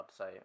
website